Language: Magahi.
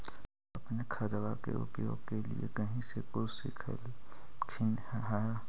अपने खादबा के उपयोग के लीये कही से कुछ सिखलखिन हाँ?